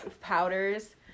powders